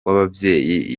w’ababyeyi